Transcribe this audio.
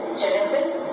genesis